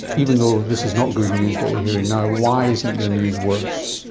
even though this is not good news, what we are hearing now, why isn't the news worse?